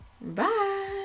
Bye